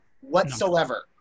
whatsoever